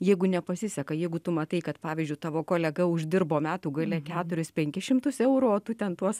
jeigu nepasiseka jeigu tu matai kad pavyzdžiui tavo kolega uždirbo metų gale keturis penkis šimtus eurų o tu ten tuos